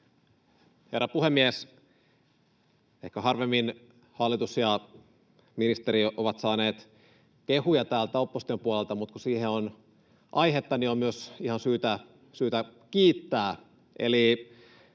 Herra puhemies! Ehkä harvemmin hallitus ja ministeri ovat saaneet kehuja täältä opposition puolelta, mutta kun siihen on aihetta, niin on myös ihan syytä kiittää,